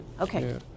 Okay